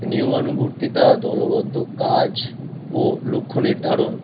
নিয়মানুবর্তিতা দলবদ্ধ কাজ ও লক্ষ্য নির্ধারণ